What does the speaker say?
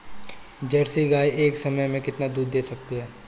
Jersey गाय एक समय में कितना दूध दे सकती है?